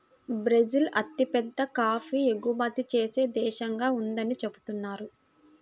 Brazil అతిపెద్ద coffee ఎగుమతి చేసే దేశంగా ఉందని చెబుతున్నారు